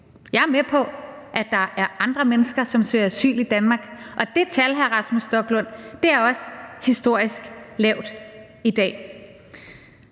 Jeg er med på, at der er andre mennesker, som søger asyl i Danmark, og det tal, hr. Rasmus Stoklund, er også historisk lavt i dag.